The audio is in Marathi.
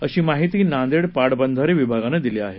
अशी माहिती नांदेड पाटबंधारे विभागानं दिली आहे